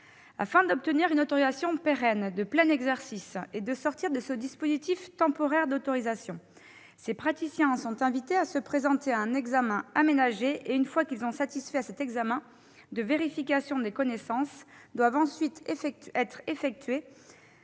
Afin d'obtenir une autorisation pérenne de plein exercice et de sortir de ce dispositif temporaire d'autorisation, ces praticiens sont invités à se présenter à un examen aménagé et, une fois qu'ils ont satisfait à cet examen de vérification des connaissances, ils doivent ensuite exercer des